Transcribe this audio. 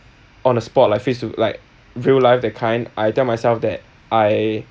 on the spot like face to like real life that kind I tell myself that I